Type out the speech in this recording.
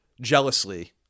jealously